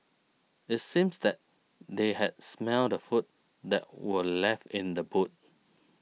it seems that they had smelt the food that were left in the boot